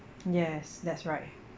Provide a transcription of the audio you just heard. yes that's right